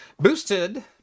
Boosted